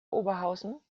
oberhausen